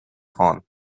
horn